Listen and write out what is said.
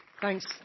Thanks